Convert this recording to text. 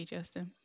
Justin